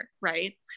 right